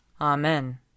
Amen